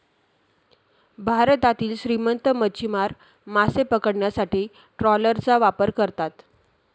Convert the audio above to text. भारतातील श्रीमंत मच्छीमार मासे पकडण्यासाठी ट्रॉलरचा वापर करतात